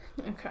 Okay